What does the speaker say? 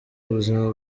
ubuzima